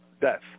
death